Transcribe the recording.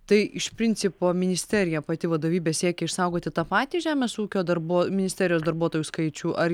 tai iš principo ministerija pati vadovybė siekia išsaugoti tą patį žemės ūkio darbuo ministerijos darbuotojų skaičių ar